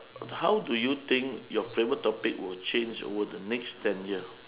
how do you think your favourite topic will change over the next ten year